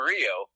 Rio